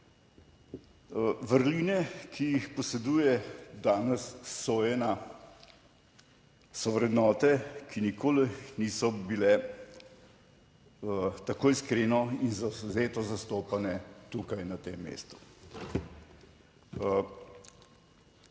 Vrline, ki jih poseduje danes so vrednote, ki nikoli niso bile tako iskreno in zavzeto zastopane tukaj, na tem mestu.